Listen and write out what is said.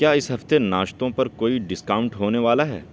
کیا اس ہفتے ناشتوں پر کوئی ڈسکاؤنٹ ہونے والا ہے